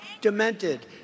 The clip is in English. demented